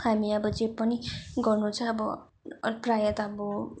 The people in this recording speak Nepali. हामी अब जे पनि गर्नु छ अब प्रायः त अब